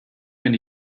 wenn